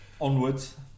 onwards